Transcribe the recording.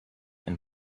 and